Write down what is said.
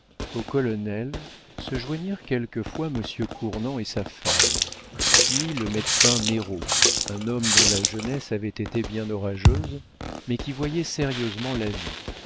au colonel se joignirent quelquefois monsieur cournant et sa femme puis le médecin néraud un homme dont la jeunesse avait été bien orageuse mais qui voyait sérieusement la vie